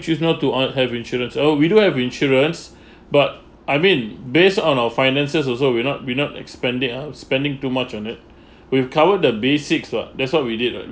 she's not to un~ have insurance oh we do have insurance but I mean based on our finances also we're not we not expanding uh spending too much on it we've covered the basics lah that's what we did like